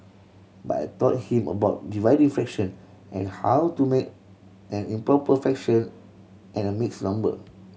but I taught him about dividing fraction and how to make an improper fraction and a mixed number